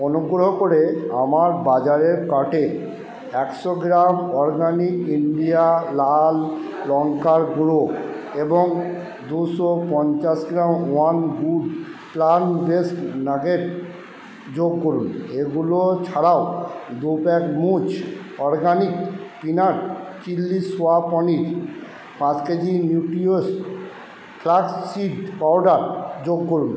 অনুগ্রহ করে আমার বাজারের কার্টে একশো গ্রাম অরগানিক ইন্ডিয়া লাল লঙ্কার গুঁড়ো এবং দুশো পঞ্চাশ gram one good plant base nugget যোগ করুন এগুলো ছাড়াও দু pack Mooz organic peanut chilli soya paneer পাঁচ KG Nutriwish flax seed powder যোগ করুন